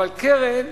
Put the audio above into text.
אבל קרן,